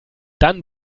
dann